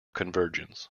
convergence